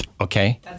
Okay